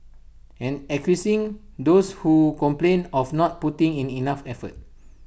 and accusing those who complained of not putting in enough effort